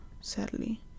sadly